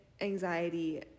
anxiety